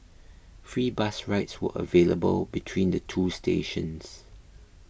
free bus rides were available between the two stations